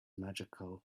magical